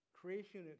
creation